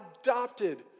adopted